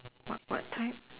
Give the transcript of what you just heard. what what type